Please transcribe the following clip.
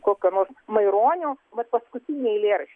kokio nors maironio vat paskutinį eilėraščtį